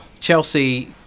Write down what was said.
Chelsea